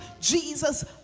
Jesus